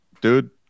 Dude